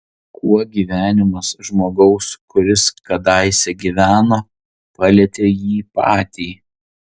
kuo gyvenimas žmogaus kuris kadaise gyveno palietė jį patį